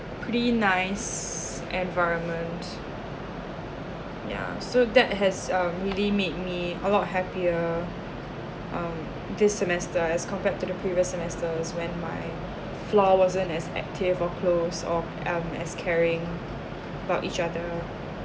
pretty nice environment yeah uh so that has um really made me a lot happier um this semester as compared to the previous semester when my floor wasn't as active or close or um as caring about each other